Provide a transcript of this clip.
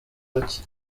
bake